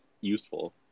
useful